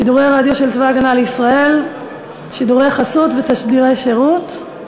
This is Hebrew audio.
שידורי הרדיו של צבא הגנה לישראל (שידורי חסות ותשדירי שירות)